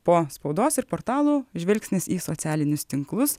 po spaudos ir portalų žvilgsnis į socialinius tinklus